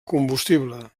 combustible